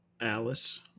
Alice